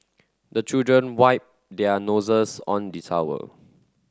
the children wipe their noses on the towel